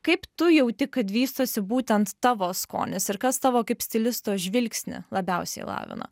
kaip tu jauti kad vystosi būtent tavo skonis ir kas tavo kaip stilisto žvilgsnį labiausiai lavina